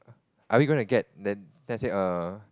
are we going to get then I said err